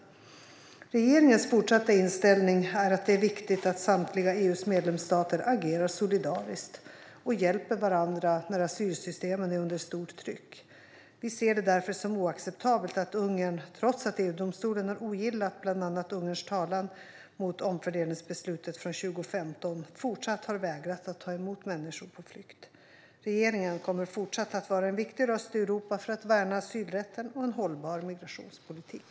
Svar på interpellationer Regeringens fortsatta inställning är att det är viktigt att samtliga EU:s medlemsstater agerar solidariskt och hjälper varandra när asylsystemen är under stort tryck. Vi ser det därför som oacceptabelt att Ungern, trots att EU-domstolen har ogillat bland annat Ungerns talan mot omfördelningsbeslutet från 2015, har fortsatt att vägra att ta emot människor på flykt. Regeringen kommer även i fortsättningen att vara en viktig röst i Europa för att värna asylrätten och en hållbar migrationspolitik.